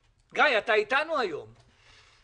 ואתה שם מוסיף 70 יום ופה לא,